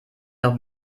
noch